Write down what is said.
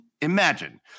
imagine